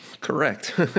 Correct